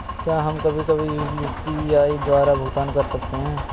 क्या हम कभी कभी भी यू.पी.आई द्वारा भुगतान कर सकते हैं?